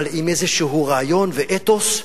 אבל עם איזשהו רעיון, ואתוס,